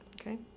Okay